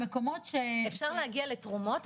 במקומות --- אפשר להגיע לתרומות,